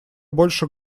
больше